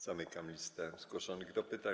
Zamykam listę zgłoszonych do pytań.